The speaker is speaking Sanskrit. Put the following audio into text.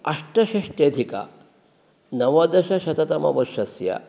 अष्टषष्ट्यधिकनवदशततमवर्षस्य